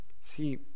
See